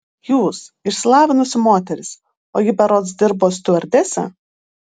jūs išsilavinusi moteris o ji berods dirbo stiuardese